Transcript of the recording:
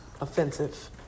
offensive